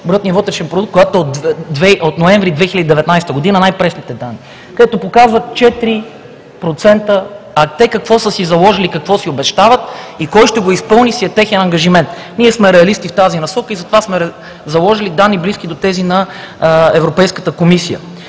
брутния вътрешен продукт, която е от месец ноември 2019 г., най-пресните данни, където показват 4%, а те какво са си заложили, какво си обещават и кой ще го изпълни си е техен ангажимент. Ние сме реалисти в тази насока и затова сме заложили данни, близки до тези на Европейската комисия.